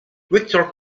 victor